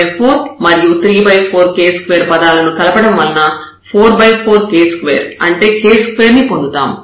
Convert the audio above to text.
k24 మరియు 34k2 పదాలను కలపడం వల్ల 44k2 అంటే k2 ను పొందుతాము